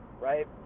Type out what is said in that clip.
right